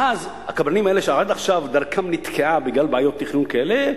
ואז הקבלנים האלה שעד עכשיו דרכם נתקעה בגלל בעיות תכנון כאלה,